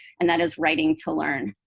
and that is writing-to-learn.